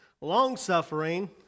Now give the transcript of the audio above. long-suffering